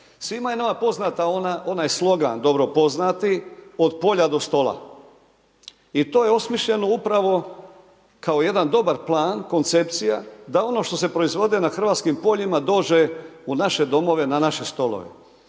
Svima je nama poznata onaj slogan dobro poznati od polja do stola. I to je osmišljeno upravo kao jedan dobar plan, koncepcija da ono što se proizvodi na hrvatskim poljima dođe u naše domove na naše stolove.